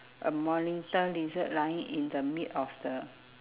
a monitor lizard lying in the mid of the